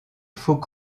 faux